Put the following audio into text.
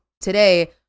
today